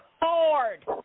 hard